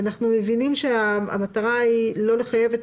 אנחנו מבינים שהמטרה היא לא לחייב את